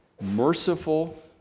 merciful